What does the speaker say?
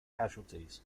casualties